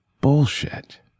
bullshit